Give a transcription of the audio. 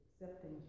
Accepting